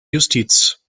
justiz